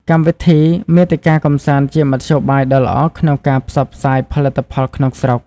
កម្មវិធី មាតិកាកម្សាន្តជាមធ្យោបាយដ៏ល្អក្នុងការ ផ្សព្វផ្សាយផលិតផល ក្នុងស្រុក។